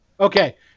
Okay